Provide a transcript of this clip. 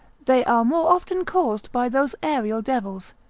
they are more often caused by those aerial devils,